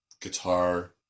guitar